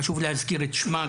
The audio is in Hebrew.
חשוב גם להזכיר את שמה,